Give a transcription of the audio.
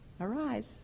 arise